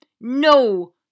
No